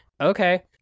okay